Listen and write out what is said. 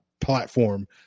platform